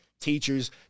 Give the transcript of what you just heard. Teachers